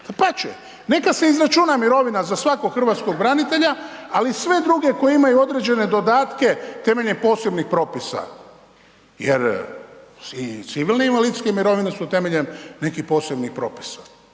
Dapače, neka se izračuna mirovina za svakog hrvatskog branitelja ali i sve druge koji imaju određene dodatke temeljem posebnih propisa. Jer i civilne i invalidske mirovine su temeljem nekih posebnih propisa.